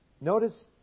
Notice